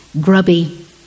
grubby